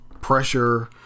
pressure